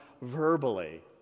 verbally